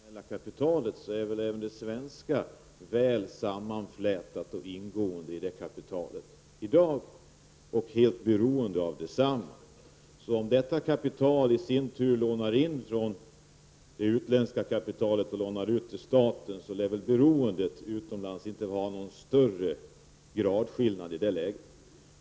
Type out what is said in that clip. Herr talman! Jag vill göra två korta kommentarer när det gäller det internationella kapitalet. Även det svenska är väl sammanflätat med och ingående i detta kapital i dag och helt beroende av det. Om det svenska kapitalet lånar från det utländska kapitalet och sedan lånar ut det till staten, så lär det väl i det läget inte vara någon större gradskillnad när det gäller beroendet utomlands.